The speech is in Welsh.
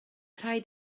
rhaid